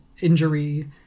injury